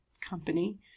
company